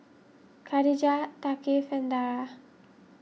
Khadija Thaqif and Dara